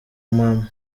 mama